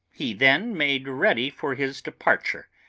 he then made ready for his departure,